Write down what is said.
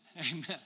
Amen